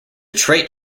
trait